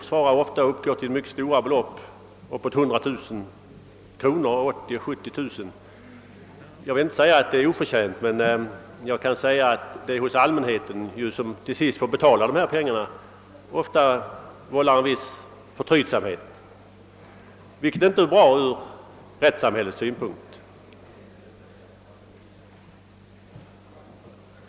Det kan röra sig om 70 000, 80 000 och ända upp till 100 000 kronor. Jag vill inte säga att dessa arvoden är oförtjänta, men hos allmänheten, som till sist i regel får betala dessa pengar, vållar dessa stora ersättningar ofta en viss förtrytsamhet. Det är inte bra ur rättssamhällets synpunkt.